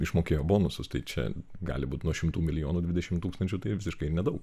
išmokėjo bonusus tai čia gali būt nuo šimtų milijonų dvidešimt tūkstančių tai visiškai nedaug